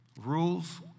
rules